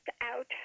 out